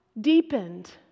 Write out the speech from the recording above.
deepened